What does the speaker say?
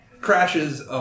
crashes